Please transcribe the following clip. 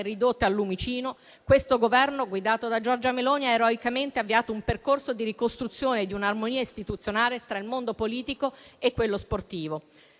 ridotte al lumicino, questo Governo guidato da Giorgia Meloni ha eroicamente avviato un percorso di ricostruzione di un'armonia istituzionale tra il mondo politico e quello sportivo.